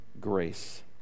grace